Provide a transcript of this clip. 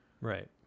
Right